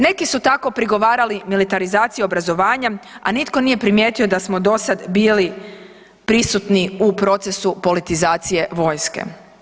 Neki su tako prigovarali militarizaciji obrazovanja, a nitko nije primijetio da smo do sada bili prisutni u procesu politizacije vojske.